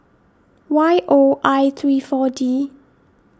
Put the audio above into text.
Y O I three four D